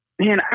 Man